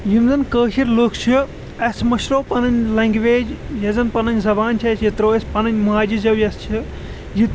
یِم زَن کٲشِرۍ لُکھ چھِ اَسہِ مٔشرٲو پَنٕنۍ لٮ۪نٛگویج یۄس زَن پَنٕنۍ زبان چھَ اَسہِ یہِ ترٲو اَسہِ پَنٕنۍ ماجہِ زٮ۪و یۄس چھِ یہِ